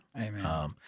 Amen